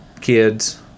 Kids